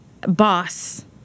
boss